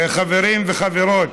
חברים וחברות,